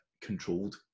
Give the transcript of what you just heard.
controlled